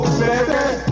baby